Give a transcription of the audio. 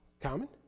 Common